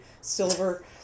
silver